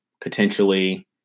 potentially